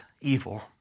evil